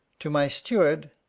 to my steward,